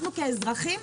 אנחנו כאזרחים,